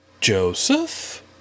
Joseph